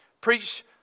Preach